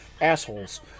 assholes